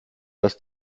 dass